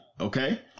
okay